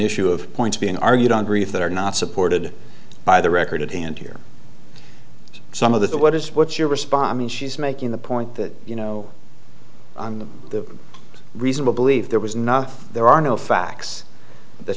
issue of points being argued on grief that are not supported by the record at hand here are some of the what is what's your response and she's making the point that you know the reason to believe there was not there are no facts that